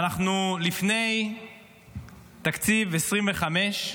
אנחנו לפני תקציב 2025,